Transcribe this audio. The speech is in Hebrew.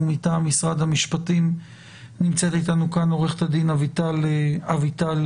מטעם משרד המשפטים נמצאת איתנו כאן עורכת הדין אביטל שטרנברג.